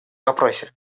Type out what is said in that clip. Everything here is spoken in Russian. вопросе